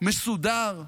מסודר,